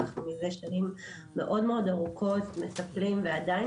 מזה שנים ארוכות טילנו ואנחנו עדיין